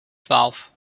twaalf